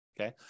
okay